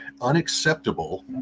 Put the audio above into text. unacceptable